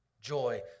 joy